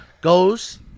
goes